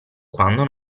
quando